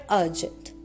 urgent